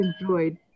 enjoyed